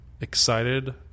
excited